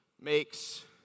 makes